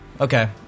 Okay